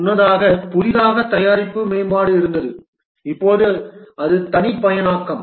முன்னதாக புதிதாக தயாரிப்பு மேம்பாடு இருந்தது இப்போது அது தனிப்பயனாக்கம்